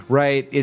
right